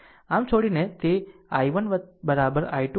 આમ છોડીને આમ તે I1 I2 5 છે